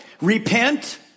repent